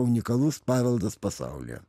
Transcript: unikalus paveldas pasaulyje